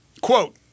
quote